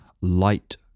light